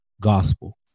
gospel